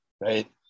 right